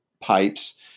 pipes